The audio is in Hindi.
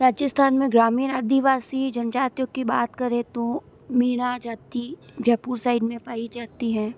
राजिस्थान में ग्रामीण आदीवासी जनजातियों की बात करें तो मीणा जाति जयपुर साइड में पाई जाती है